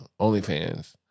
OnlyFans